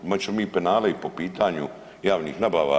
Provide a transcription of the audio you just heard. Imat ćemo mi penale i po pitanju javnih nabava.